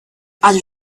other